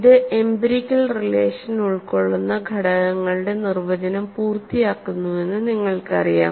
ഇത് empirical relation ഉൾക്കൊള്ളുന്ന ഘടകങ്ങളുടെ നിർവചനം പൂർത്തിയാക്കുന്നുവെന്ന് നിങ്ങൾക്കറിയാം